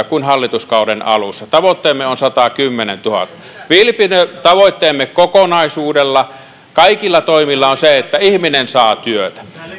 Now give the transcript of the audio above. kuin hallituskauden alussa tavoitteemme on sadannenkymmenennentuhannennen vilpitön tavoitteemme kokonaisuudella kaikilla toimilla on se että ihminen saa työtä